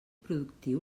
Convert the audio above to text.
productiu